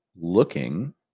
looking